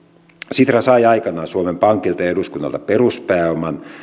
sitra sai aikanaan suomen pankilta ja eduskunnalta peruspääoman